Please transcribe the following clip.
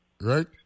Right